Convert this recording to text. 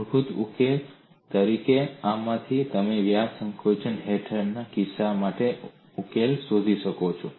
મૂળભૂત ઉકેલ તરીકે આમાંથી તમે વ્યાસ સંકોચન હેઠળ ડિસ્કના કિસ્સો માટે ઉકેલ શોધી શકો છો